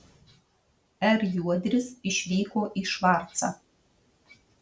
r juodris išvyko į švarcą